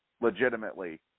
legitimately